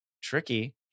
tricky